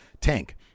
tank